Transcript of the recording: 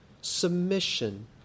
Submission